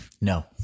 No